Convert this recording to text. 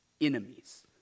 enemies